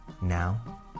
Now